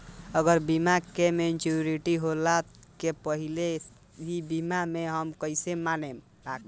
अगर बीमा के मेचूरिटि होला के पहिले ही बीच मे हम पईसा निकाले चाहेम त कइसे निकाल पायेम?